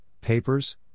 papers